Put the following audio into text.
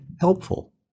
helpful